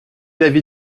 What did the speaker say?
l’avis